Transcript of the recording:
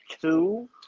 two